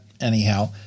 anyhow